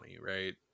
right